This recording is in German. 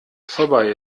vorbei